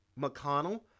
McConnell